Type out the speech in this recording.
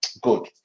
Good